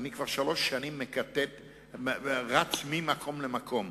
אני כבר שלוש שנים רץ ממקום למקום.